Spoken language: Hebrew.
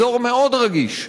אזור מאוד רגיש.